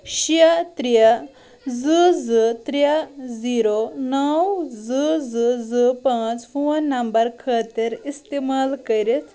شےٚ ترٛےٚ زٕ زٕ ترٛےٚ زیٖرو نَو زٕ زٕ زٕ پانٛژھ فون نَمبَر خٲطر اِستعمال کٔرِتھ